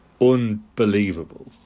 unbelievable